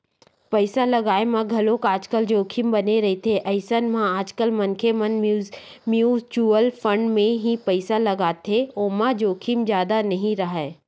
पइसा लगाय म घलोक आजकल जोखिम बने रहिथे अइसन म आजकल मनखे मन म्युचुअल फंड म ही पइसा लगाथे ओमा जोखिम जादा नइ राहय